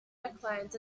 necklines